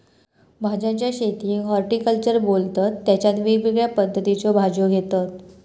भाज्यांच्या शेतीयेक हॉर्टिकल्चर बोलतत तेच्यात वेगवेगळ्या पद्धतीच्यो भाज्यो घेतत